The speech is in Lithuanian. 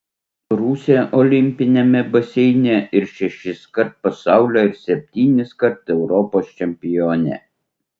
rusė olimpiniame baseine ir šešiskart pasaulio ir septyniskart europos čempionė